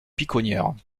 piconnières